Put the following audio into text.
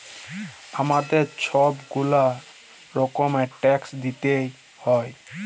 আমাদের ছব গুলা রকমের ট্যাক্স দিইতে হ্যয়